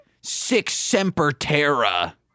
Six-Semper-Terra